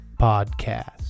podcast